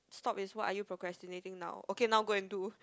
stop is what are you are procrastinating now okay now go and do